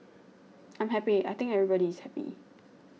I'm happy I think everybody is happy